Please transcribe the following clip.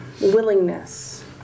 Willingness